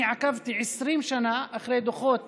אני עקבתי 20 שנה אחרי דוחות